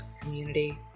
community